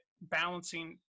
balancing